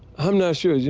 i'm not sure.